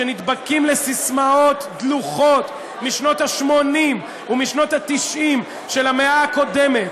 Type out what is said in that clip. שנדבקים לססמאות דלוחות משנות ה-80 ומשנות ה-90 של המאה הקודמת,